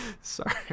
Sorry